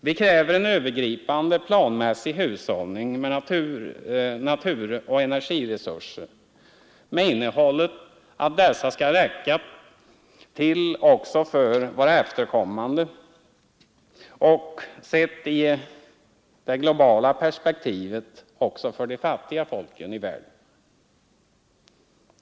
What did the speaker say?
Vi kräver en övergripande planmässig hushållning med naturoch energiresurser med innehåll att dessa skall räcka till också för våra efterkommande och, sett i det globala perspektivet, också för de fattiga folken i världen.